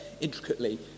intricately